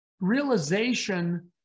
realization